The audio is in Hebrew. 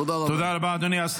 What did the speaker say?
תודה רבה.